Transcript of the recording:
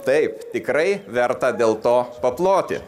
taip tikrai verta dėl to paploti